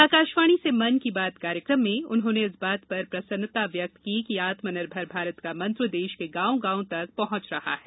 आकाशवाणी से मन की बात कार्यक्रम में उन्होंने इस बात पर प्रसन्नता व्यक्त की कि आत्मनिर्भर भारत का मंत्र देश के गांव गांव तक पहुंच रहा है